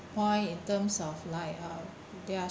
point in terms of like uh there're